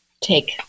take